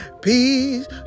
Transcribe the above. Peace